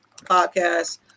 podcast